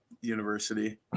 university